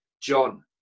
John